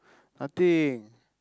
nothing